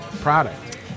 product